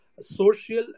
Social